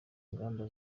ingamba